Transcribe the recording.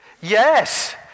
Yes